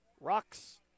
Rocks